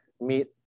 meet